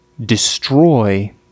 destroy